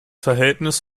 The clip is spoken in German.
verhältnis